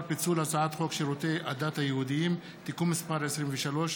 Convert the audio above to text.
פיצול הצעת חוק שירותי הדת היהודיים (תיקון מס' 23)